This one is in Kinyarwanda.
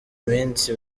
iminsi